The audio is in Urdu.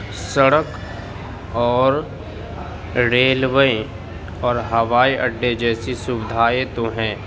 سڑک اور ڑیلوے اور ہوائی اڈے جیسی سویدھائے تو ہیں